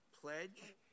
Pledge